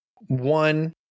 One